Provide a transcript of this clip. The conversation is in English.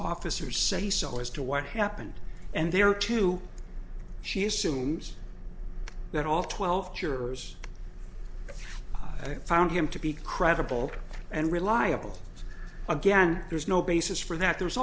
officer or say so as to what happened and there are two she assumes that all twelve jurors found him to be credible and reliable again there's no basis for that there